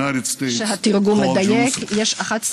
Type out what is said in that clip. States called "Jerusalem": Jerusalem,